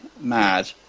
mad